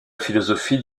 philosophie